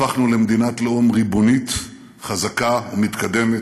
הפכנו למדינת לאום ריבונית, חזקה ומתקדמת,